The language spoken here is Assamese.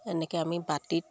এনেকে আমি বাতিত